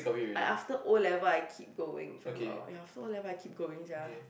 I after O-level I keep going if I'm not wrong ya after O-level I keep going sia